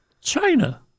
China